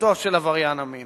מסוכנותו של עבריין המין